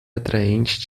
atraente